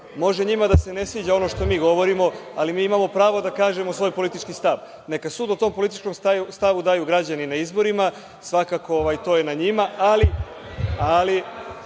Može njima da se ne sviđa ono što mi govorimo, ali mi imamo pravo da kažemo svoj politički stav. Neka sud o tom političkom stavu daju građani na izborima, svakako je to na njima, ali